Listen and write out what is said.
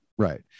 Right